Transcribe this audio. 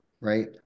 right